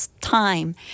time